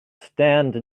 stand